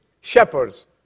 shepherds